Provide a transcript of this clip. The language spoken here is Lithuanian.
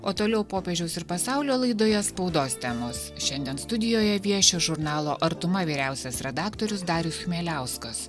o toliau popiežiaus ir pasaulio laidoje spaudos temos šiandien studijoje vieši žurnalo artuma vyriausias redaktorius darius chmieliauskas